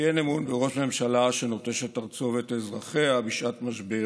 כי אין אמון בראש ממשלה שנוטש את ארצו ואת אזרחיה בשעת משבר